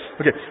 okay